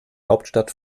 hauptstadt